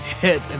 hit